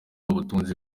ubutunzi